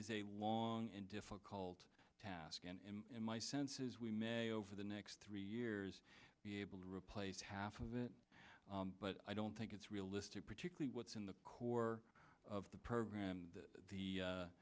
is a long and difficult task and in my senses we may over the next three years be able to replace half of it but i don't think it's realistic particularly what's in the core of the program